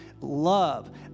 love